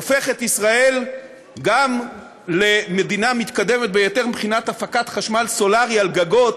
הופך את ישראל גם למדינה מתקדמת ביותר מבחינת הפקת חשמל סולרי על גגות,